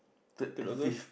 third and fifth